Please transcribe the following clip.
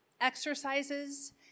exercises